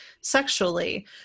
sexually